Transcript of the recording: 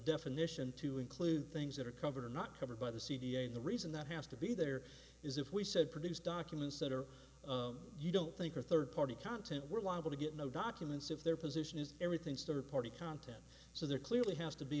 definition to include things that are covered or not covered by the c d a and the reason that has to be there is if we said produce documents that are you don't think are third party content we're liable to get no documents of their position is everything standard party content so there clearly has to be